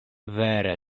vere